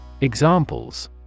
Examples